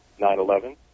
9-11